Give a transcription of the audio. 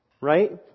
right